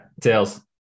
Tails